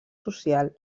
social